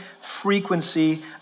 frequency